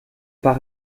par